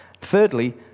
Thirdly